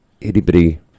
itty-bitty